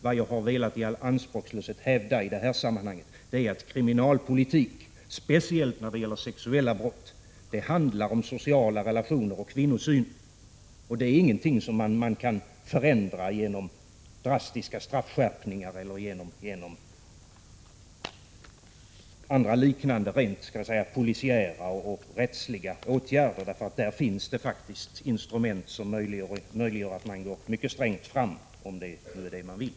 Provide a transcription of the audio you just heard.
Vad jag i all anspråkslöshet har velat hävda i det här sammanhanget är att kriminalpolitik, speciellt när det gäller sexuella brott, handlar om sociala relationer och kvinnosyn och att detta inte är någonting som man kan förändra genom drastiska straffskärpningar eller andra liknande polisiära eller rättsliga åtgärder — på det området finns faktiskt instrument som möjliggör att gå mycket strängt fram, om det är vad man vill.